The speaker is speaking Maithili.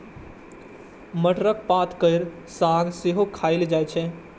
मटरक पात केर साग सेहो खाएल जाइ छै